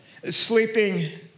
Sleeping